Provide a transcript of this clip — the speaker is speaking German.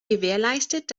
gewährleistet